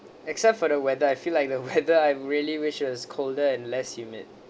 except for the weather I feel like the weather I'm really wish is colder and less humid